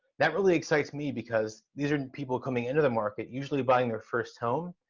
that really excites me because these are people coming into the market usually buying their first home,